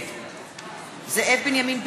נגד זאב בנימין בגין,